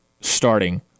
starting